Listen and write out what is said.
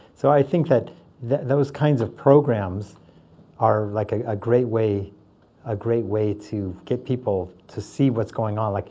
so i think that that those kinds of programs are like a ah great way ah great way to get people to see what's going on. like